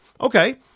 okay